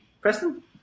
Preston